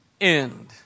end